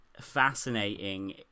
fascinating